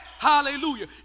Hallelujah